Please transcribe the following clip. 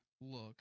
look